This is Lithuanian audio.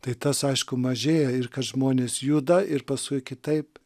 tai tas aišku mažėja ir kad žmonės juda ir paskui kitaip